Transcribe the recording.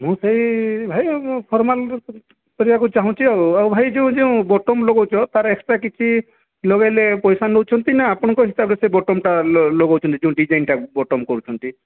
ମୁଁ ସେଇ ଭାଇ ଫର୍ମାଲ୍ ର କରିବାକୁ ଚାହୁଁଛି ଆଉ ଆଉ ଭାଇ ଯେଉଁ ଯେଉଁ ବଟନ୍ ଲଗଉଛ ତା'ର ଏକ୍ସଟ୍ରା କିଛି ଲଗେଇଲେ ପଇସା ନେଉଛନ୍ତି ନା ଆପଣଙ୍କ ହିସାବରେ ସେ ବଟନ୍ଟା ଲଗଉଛନ୍ତି ଯୋଉ ଡିଜାଇନ୍ ଟା ବଟନ୍ କରୁଛନ୍ତି